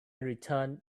returned